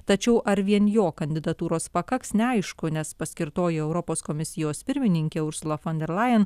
tačiau ar vien jo kandidatūros pakaks neaišku paskirtoji europos komisijos pirmininkė ursula fon der lajen